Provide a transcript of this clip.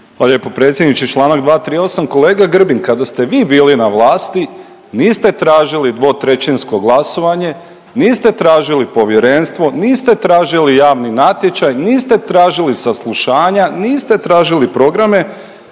Hvala lijepo predsjedniče. Čl. 238. Kolega Grbin kada ste vi bili na vlasti niste tražili dvotrećinsko glasovanje, niste tražili povjerenstvo, niste tražili javni natječaj, niste tražili saslušanja, niste tražili programe,